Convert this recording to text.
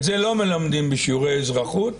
את זה לא מלמדים בשיעורי אזרחות,